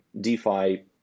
DeFi